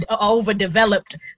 overdeveloped